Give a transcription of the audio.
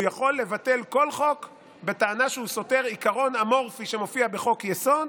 הוא יכול לבטל כל חוק בטענה שהוא סותר עיקרון אמורפי שמופיע בחוק-יסוד,